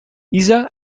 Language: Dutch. isa